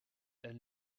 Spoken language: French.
elle